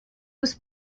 was